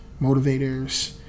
motivators